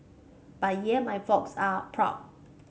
but yeah my folks are proud